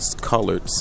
colored